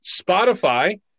Spotify